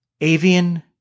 Avian